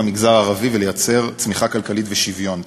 המגזר הערבי ולייצר צמיחה כלכלית ושוויון,